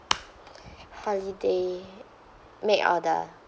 holiday make order